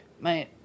mate